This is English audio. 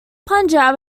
punjab